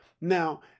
Now